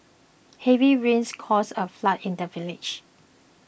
heavy rains caused a flood in the village